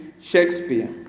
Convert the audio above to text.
Shakespeare